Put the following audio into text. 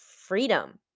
freedom